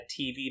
TV